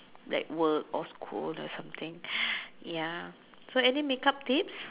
like work or school or something ya so any makeup tips